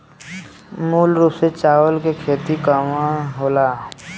मूल रूप से चावल के खेती कहवा कहा होला?